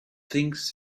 things